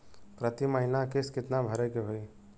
प्रति महीना किस्त कितना भरे के होई?